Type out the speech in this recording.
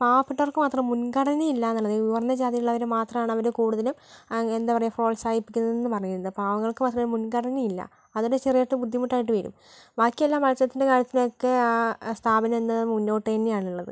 പാവപ്പെട്ടവർക്ക് മാത്രം മുൻഗണനായില്ലാന്നുള്ളത് ഈ ഉയർന്ന ജാതിയിലുള്ളവരെ മാത്രമാണ് അവർ കൂടുതലും ആ എന്താ പറയാ പ്രോത്സാഹിപ്പിക്കുന്നതെന്ന് പറയുന്നത് പാവങ്ങൾക്ക് മാത്രം ഒരു മുൻഗണയില്ല അതൊരു ചെറുതായിട്ട് ഒരു ബുദ്ധിമുട്ടായിട്ട് വരും ബാക്കിയെല്ലാം മത്സരത്തിൻ്റെ കാര്യത്തിനൊക്കെ ആ ആ സ്ഥാപനം എന്നും മുന്നോട്ട് തന്നെയാണ് ഉള്ളത്